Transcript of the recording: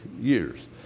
years